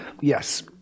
Yes